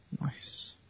Nice